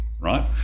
Right